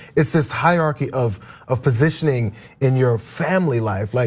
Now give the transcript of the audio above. it's this hierarchy of of positioning in your family life. like